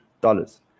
dollars